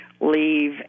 leave